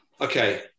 Okay